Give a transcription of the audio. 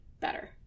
better